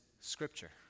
Scripture